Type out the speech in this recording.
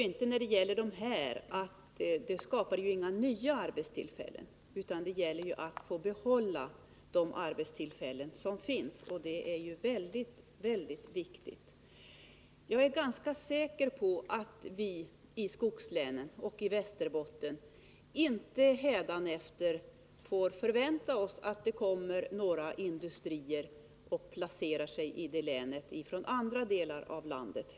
Vid dessa företag skapas dock inga nya arbetstillfällen, utan det gäller här att behålla de arbetstillfällen som finns, vilket är mycket viktigt. Jag är ganska säker på att vi beträffande skogslänen och Västerbotten hädanefter inte kan förvänta oss att det kommer några industrier från andra delar av landet.